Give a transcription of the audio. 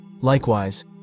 Likewise